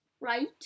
right